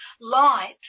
light